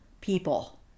people